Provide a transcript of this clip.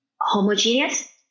homogeneous